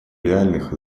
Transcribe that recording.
реальных